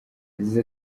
yagize